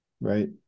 Right